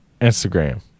instagram